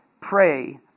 pray